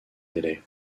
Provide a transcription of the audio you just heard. délais